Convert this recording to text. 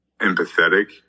empathetic